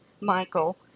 Michael